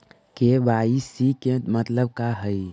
KYC के मतलब का हई?